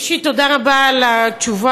ראשית, תודה רבה על התשובה.